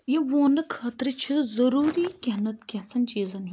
یہِ وونہٕ خٲطر چھِ ضُروری کیٚنٛہہ نَتہٕ کینٛژھن چیزَن ہُنٛد